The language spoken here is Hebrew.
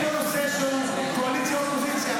אין פה נושא שהוא קואליציה ואופוזיציה,